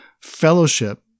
fellowship